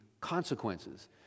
consequences